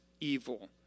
evil